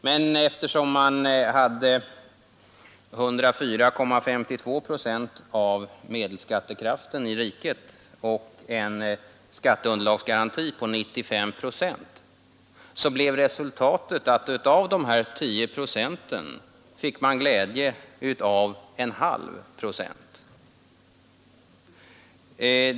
Men eftersom man hade 104,52 procent av medelskattekraften i riket och en skatteunderlagsgaranti på 95 procent, blev resultatet att av de här 10 procenten fick man glädje av 0,5 procent.